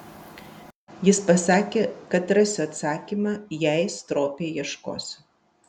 jis pasakė kad rasiu atsakymą jei stropiai ieškosiu